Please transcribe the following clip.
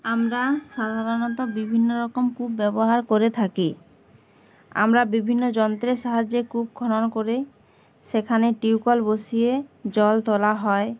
আমরা সাধারণত বিভিন্ন রকম কূপ ব্যবহার করে থাকি আমরা বিভিন্ন যন্ত্রের সাহায্যে কূপ খরন করে সেখানে টিউবওয়েল বসিয়ে জল তোলা হয়